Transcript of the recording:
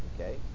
Okay